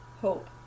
hope